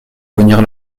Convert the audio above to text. venir